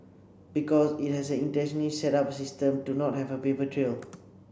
because it has an intentionally set up system to not have a paper trail